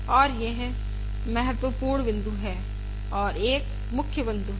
और यह महत्वपूर्ण बिंदु है और एक मुख्य बिंदु है